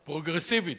פרוגרסיבית.